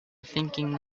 thinking